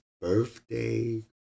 birthday